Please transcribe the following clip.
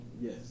Yes